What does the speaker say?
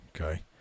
okay